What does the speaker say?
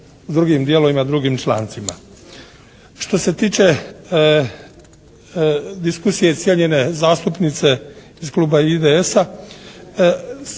u drugim dijelovima, drugim člancima. Što se tiče diskusije cijenjene zastupnice iz kluba IDS-a,